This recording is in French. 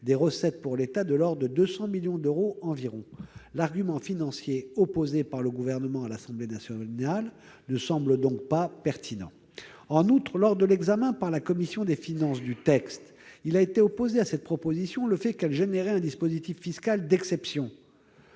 des recettes pour l'État de l'ordre de 200 millions d'euros. L'argument financier opposé par le Gouvernement à l'Assemblée nationale ne semble donc pas pertinent. En outre, lors de l'examen du texte par la commission des finances, il nous a été opposé que cette proposition était de nature à créer un dispositif fiscal d'exception.